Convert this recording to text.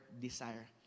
desire